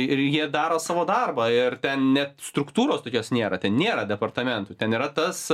ir jie daro savo darbą ir net struktūros tokios nėra ten nėra departamentų ten yra tas